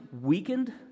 weakened